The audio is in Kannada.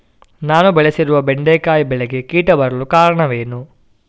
ನಾನು ಬೆಳೆಸಿರುವ ಬೆಂಡೆಕಾಯಿ ಬೆಳೆಗೆ ಕೀಟ ಬರಲು ಕಾರಣವೇನು?